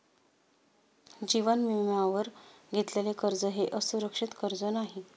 जीवन विम्यावर घेतलेले कर्ज हे असुरक्षित कर्ज नाही